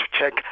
check